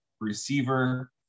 receiver